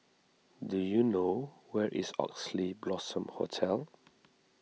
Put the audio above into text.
do you know where is Oxley Blossom Hotel